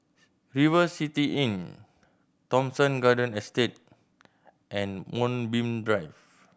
River City Inn Thomson Garden Estate and Moonbeam Drive